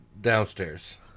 Downstairs